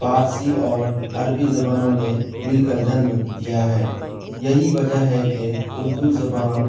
فارسی اور عربی زبانوں نے مل کر جنم دیا ہے یہی وجہ ہے کہ اردو زبان